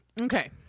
Okay